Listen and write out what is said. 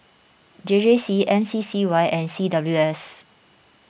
J J C M C C Y and C W S